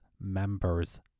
members